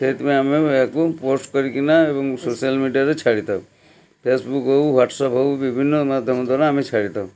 ସେଇଥିପାଇଁ ଆମେ ଏହାକୁ ପୋଷ୍ଟ କରିକିନା ଏବଂ ସୋସିଆଲ ମିଡ଼ିଆରେ ଛାଡ଼ିଥାଉ ଫେସବୁକ୍ ହଉ ୱାଟ୍ଆପ୍ ହଉ ବିଭିନ୍ନ ମାଧ୍ୟମ ଦ୍ଵାରା ଆମେ ଛାଡ଼ିଥାଉ